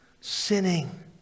sinning